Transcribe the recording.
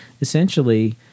essentially